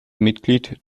mitglied